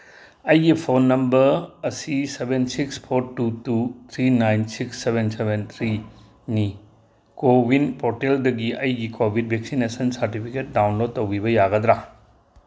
ꯑꯩꯒꯤ phone number ꯑꯁꯤ seven six four two two three nine six seven seven three ꯅꯤ CoWIN ꯄꯣꯔꯇꯦꯜꯇꯒꯤ ꯑꯩꯒꯤ ꯀꯣꯕꯤꯠ ꯚꯦꯛꯁꯤꯅꯦꯁꯟ ꯁꯥꯔꯇꯤꯐꯤꯀꯦꯠ ꯗꯥꯎꯟꯂꯣꯠ ꯇꯧꯕꯤꯕ ꯌꯥꯒꯗ꯭ꯔꯥ